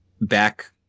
back